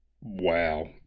Wow